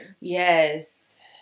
Yes